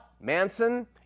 Manson